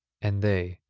and they,